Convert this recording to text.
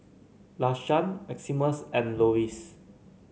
Lashawn Maximus and Lewis